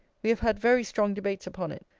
we have had very strong debates upon it.